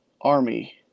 Army